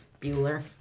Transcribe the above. Bueller